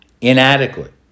inadequate